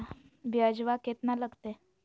ब्यजवा केतना लगते?